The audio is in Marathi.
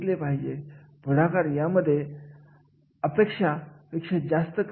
म्हणजे असे कार्य पार पाडण्यासाठी कोणत्या प्रकारची व्यक्ती अशी जबाबदारी घेऊ शकते